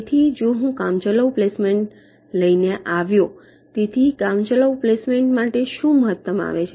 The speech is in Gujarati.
તેથી જો હું કામચલાઉ પ્લેસમેન્ટ લઈને આવ્યો તેથી કામચલાઉ પ્લેસમેન્ટ માટેશું મહત્તમ આવે છે